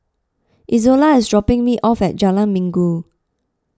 Izola is dropping me off at Jalan Minggu